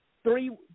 three